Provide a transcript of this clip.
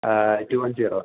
two one zero